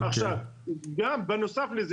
בנוסף לזה